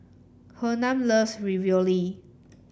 Hernan loves Ravioli